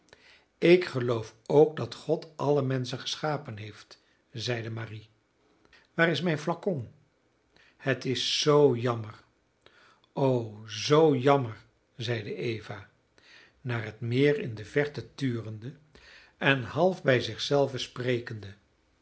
ik geloof ook dat god alle menschen geschapen heeft zeide marie waar is mijn flacon het is zoo jammer o zoo jammer zeide eva naar het meer in de verte turende en half bij zich zelve sprekende